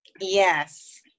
Yes